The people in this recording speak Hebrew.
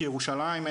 כי ירושלים,